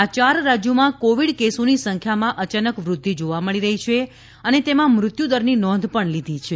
આ યાર રાજ્યોમાં કોવિડ કેસોની સંખ્યામાં અયાનક વૃદ્ધિ જોવા મળી રહી છે અને તેમાં મૃત્યુદરની નોંધ પણ લીધી છે